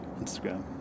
Instagram